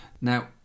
Now